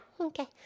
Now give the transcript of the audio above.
okay